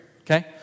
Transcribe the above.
okay